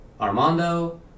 Armando